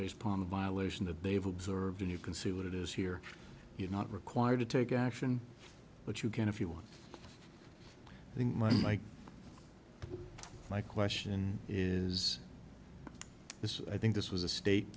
based upon the violation that they have observed and you can see what it is here you're not required to take action but you can if you want i think my my my question is this i think this was a state